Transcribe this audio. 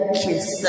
kiss